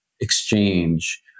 exchange